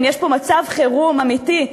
אם יש פה מצב חירום אמיתי,